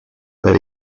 per